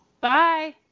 Bye